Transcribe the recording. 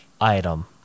item